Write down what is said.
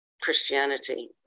Christianity